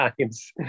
times